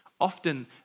often